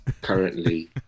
currently